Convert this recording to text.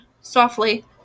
softly